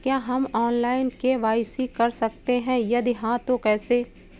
क्या हम online KYC कर सकते हैं यदि हाँ तो कैसे?